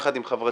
יחד עם חברתי,